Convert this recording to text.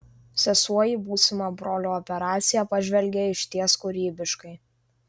sesuo į būsimą brolio operaciją pažvelgė išties kūrybiškai